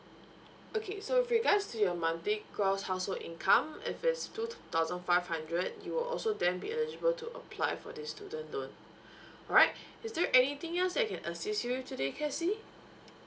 okay so with regards to your monthly gross household income if it's two thousand five hundred you will also then be eligible to apply for this student loan alright is there anything else that I can assist you with today kesy